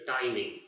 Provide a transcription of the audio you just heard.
timing